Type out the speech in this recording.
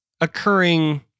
occurring